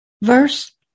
Verse